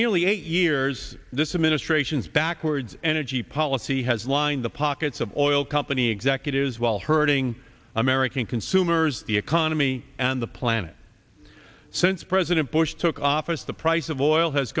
nearly eight years this administration's backwards energy policy has lined the pockets of oil company executives while hurting american consumers the economy and the planet since president bush took office the price of oil has